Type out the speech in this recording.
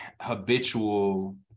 habitual